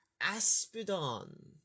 aspidon